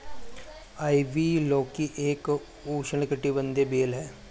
ivy लौकी एक उष्णकटिबंधीय बेल है